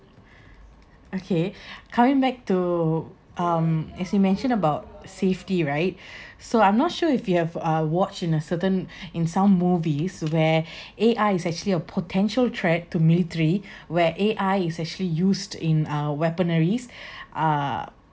okay coming back to um as you mention about safety right so I'm not sure if you have watched in a certain in some movies where A_I is actually a potential threat to military where A_I is actually used in uh weaponries uh